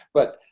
but